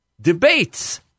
debates